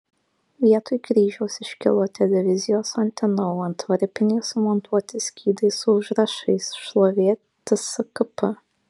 vietoj kryžiaus iškilo televizijos antena o ant varpinės sumontuoti skydai su užrašais šlovė tskp